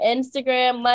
Instagram